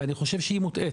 ואני חושב שהיא מוטעית,